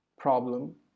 problem